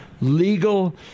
legal